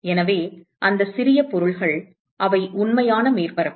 எனவே அந்த சிறிய பொருள்கள் அவை உண்மையான மேற்பரப்பு